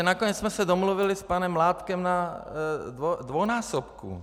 Nakonec jsme se domluvili s panem Mládkem na dvojnásobku.